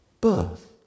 birth